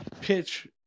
pitch